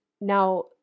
Now